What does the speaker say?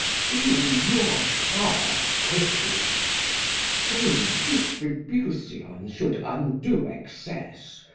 feel your pow'r quickly so distribution should undo excess,